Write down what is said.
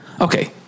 okay